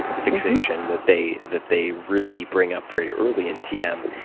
fixation that they that they really bring up very early in tm,